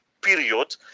period